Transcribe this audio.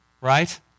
right